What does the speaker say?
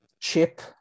chip